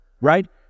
right